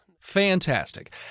Fantastic